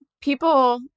people